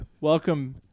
Welcome